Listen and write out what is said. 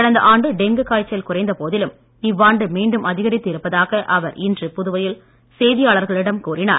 கடந்த ஆண்டு டெங்கு காய்ச்சல் குறைந்த போதிலும் இவ்வாண்டு மீண்டும் அதிகரித்து இருப்பதாக அவர் இன்று புதுவையில் செய்தியாளர்களிடம் கூறினார்